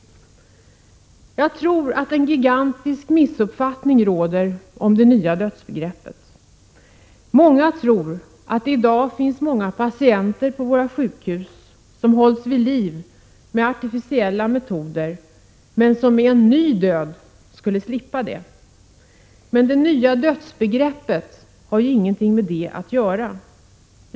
Jag tror att en gigantisk missuppfattning råder om det nya dödsbegreppet. Många tror att det i dag finns många patienter på våra sjukhus som hålls vid liv med artificiella metoder men som med en ny definition skulle slippa detta. Det nya dödsbegreppet har ingenting med detta att göra.